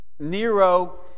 Nero